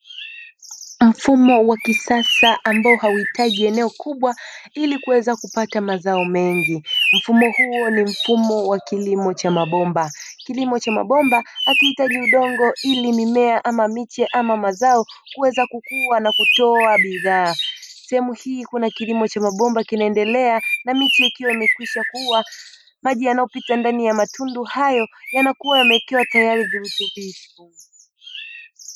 Mfumo wa kisasa ambao hauhitaji eneo kubwa ili kuweza kupata mazao mengi, mfumo huo ni mfumo wa kilimo cha mabomba, kilimo cha mabomba hakihitaji udongo ili mimea, ama miche ama mazao kuweza kukua na kutoa bidhaa. Sehemu hii kuna kilimo cha mabomba kinaendelea na miche ikiwa imekwisha kukua, maji yanayopita ndani ya matundu hayo yanakua yamewekewa tayari vurutubisho.